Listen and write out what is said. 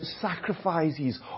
sacrifices